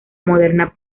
moderna